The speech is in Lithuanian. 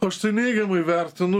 aš tai neigiamai vertinu